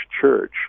Church